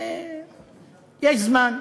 יש זמן.